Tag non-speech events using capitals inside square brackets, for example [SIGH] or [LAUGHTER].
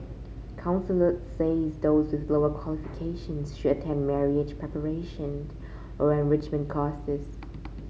counsellors said those with lower qualifications should attend marriage preparation [UNINTELLIGIBLE] or enrichment courses